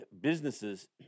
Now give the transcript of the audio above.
businesses